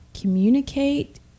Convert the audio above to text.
communicate